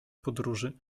podróży